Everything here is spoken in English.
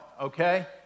okay